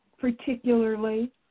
particularly